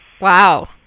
Wow